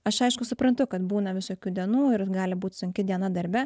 aš aišku suprantu kad būna visokių dienų ir gali būt sunki diena darbe